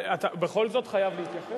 אתה בכל זאת חייב להתייחס?